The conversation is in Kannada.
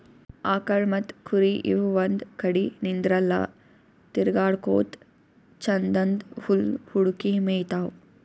ಆಕಳ್ ಮತ್ತ್ ಕುರಿ ಇವ್ ಒಂದ್ ಕಡಿ ನಿಂದ್ರಲ್ಲಾ ತಿರ್ಗಾಡಕೋತ್ ಛಂದನ್ದ್ ಹುಲ್ಲ್ ಹುಡುಕಿ ಮೇಯ್ತಾವ್